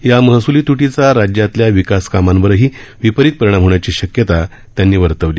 या महस्ली त्टीचा राज्यातल्या विकास कामांवरही विपरित परिणाम होण्याची शक्यता त्यांनी वर्तवली